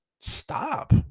stop